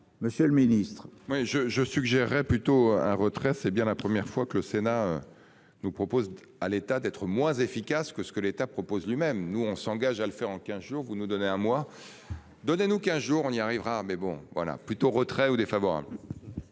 Monsieur le Ministre, oui je je suggérerais plus. Tout un retrait, c'est bien la première fois que le Sénat. Nous propose à l'État d'être moins efficaces que ce que l'État propose lui-même nous on s'engage à le faire en 15 jours, vous nous donnez, à moi. Donnez-nous qu'un jour on y arrivera mais bon voilà plutôt retrait ou défavorables.